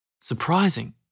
Surprising